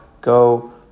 go